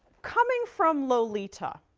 coming from lolita,